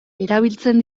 erabiltzen